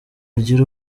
agira